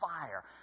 fire